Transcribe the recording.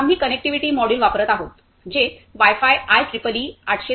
आम्ही connectivity module वापरत आहोत जे वाय फाय आयट्रिपलइ 802